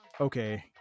okay